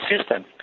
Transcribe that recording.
system